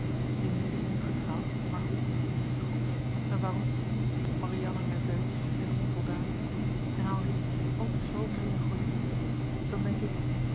emilie nu getrouwd maar hoe mijn god en waarom marianne nerveus en onvoldaan en henri ook zoo melancholiek dan denk ik